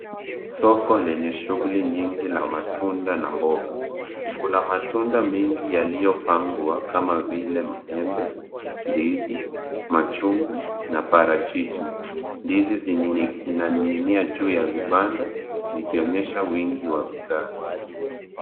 Soko lenye shughuli nyingi la matunda na mboga. Kuna matunda mengi yaliyopangwa kama vile maembe, ndizi, machungwa na parachichi. Ndizi zinaning'inia juu ya vibanda zikionyesha wingi wa bidhaa.